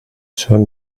son